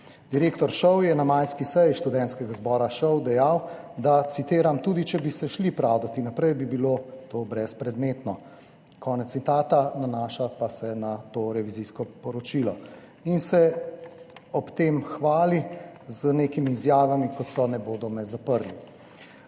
Direktor ŠOU je na majski seji študentskega zbora ŠOU dejal, da, citiram: »Tudi če bi se šli pravdati naprej, bi bilo to brezpredmetno.« Konec citata, nanaša pa se na to revizijsko poročilo. In se ob tem hvali z nekimi izjavami, kot so: »Ne bodo me zaprli.«